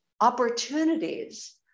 opportunities